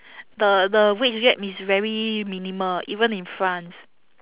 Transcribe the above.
the the wage gap is very minimal even in france